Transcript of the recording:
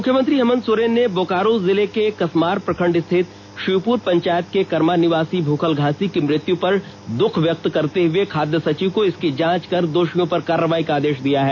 मुख्यमंत्री हेमंत सोरेन ने बोकारो जिले के बोकारो जिले के कसमार प्रखंड स्थित शिवपुर पंचायत के करमा निवासी भूखल घासी की मृत्यु पर दूःख व्यक्त करते हुए खाद्य सचिव को इसकी जांच कर दोषियों पर कार्रवाई का आदेश दिया है